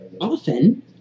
often